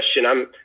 question –